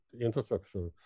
infrastructure